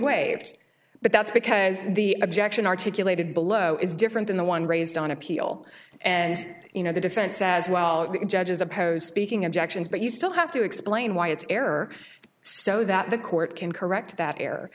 waved but that's because the objection articulated below is different than the one raised on appeal and you know the defense as well the judge is opposed speaking objections but you still have to explain why it's error so that the court can correct that